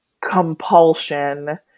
compulsion